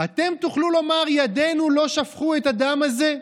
אתם תוכלו לומר "ידינו לא שפכו את הדם הזה"?